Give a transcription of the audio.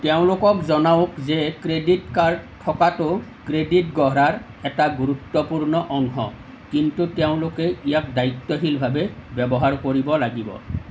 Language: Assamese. তেওঁলোকক জনাওঁক যে ক্ৰেডিট কাৰ্ড থকাটো ক্ৰেডিট গঢ়াৰ এটা গুৰুত্বপূৰ্ণ অংশ কিন্তু তেওঁলোকে ইয়াক দায়িত্বশীলভাৱে ব্যৱহাৰ কৰিব লাগিব